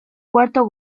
cuarto